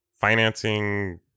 financing